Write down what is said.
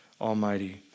Almighty